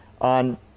on